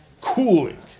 cooling